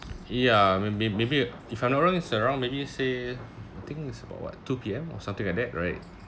ya maybe maybe if I'm not wrong it's around maybe say I think is about what two P_M or something like that right